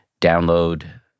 Download